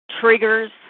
triggers